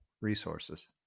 resources